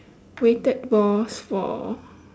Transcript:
weighted balls for